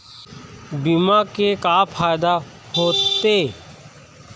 बीमा के का फायदा होते?